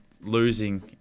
losing